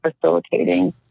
facilitating